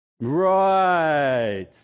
Right